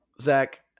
Zach